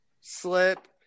Slip